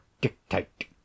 dictate